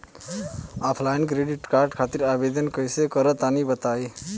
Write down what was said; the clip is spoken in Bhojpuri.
ऑफलाइन क्रेडिट कार्ड खातिर आवेदन कइसे करि तनि बताई?